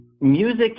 music